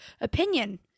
opinion